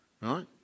Right